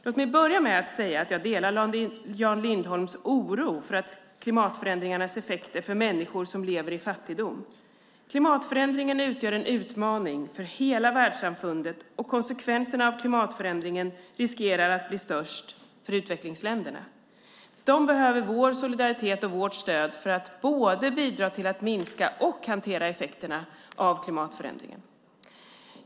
Låt mig börja med att säga att jag delar Jan Lindholms oro för klimatförändringens effekter för människor som lever i fattigdom. Klimatförändringen utgör en utmaning för hela världssamfundet, och konsekvenserna av klimatförändringen riskerar att bli störst för utvecklingsländerna. De behöver vår solidaritet och vårt stöd för att både minska och hantera effekterna av klimatförändringen.